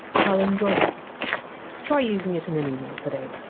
palindromic try using it in an email today